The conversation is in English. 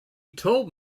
told